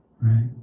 right